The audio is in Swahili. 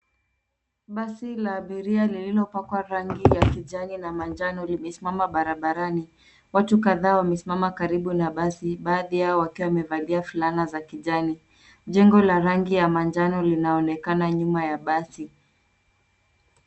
Basi la abiria lililopakwa rangi ya kijani na manjano limesimama barabarani. Watu kadhaa wamesimama karibu na basi baadhi yao wakiwa wamevalia fulana za kijani. Jengo la rangi ya manjano linaonekana nyuma ya basi.